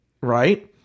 Right